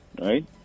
right